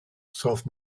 sauf